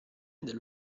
dello